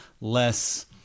less